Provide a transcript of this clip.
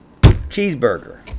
Cheeseburger